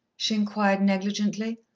she enquired negligently.